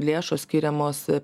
lėšos skiriamos